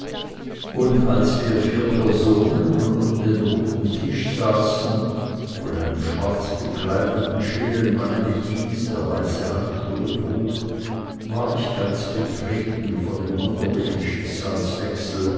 und als wir vier personen nun um den runden tisch saßen von einem schwarzgekleideten stillen manne bedient der weiße handschuhe trug war ich ganz betreten von dem wunderlichen